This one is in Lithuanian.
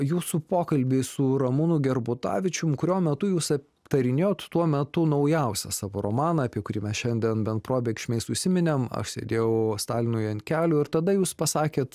jūsų pokalbį su ramūnu gerbutavičium kurio metu jūs aptarinėjot tuo metu naujausią savo romaną apie kurį mes šiandien bent probėgšmais užsiminėm aš sėdėjau stalinui ant kelių ir tada jūs pasakėt